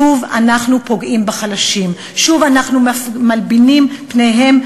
שוב אנחנו פוגעים בחלשים, שוב אנחנו מלבינים פנים.